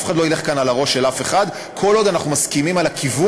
אף אחד לא ילך כאן על הראש של אף אחד כל עוד אנחנו מסכימים על הכיוון,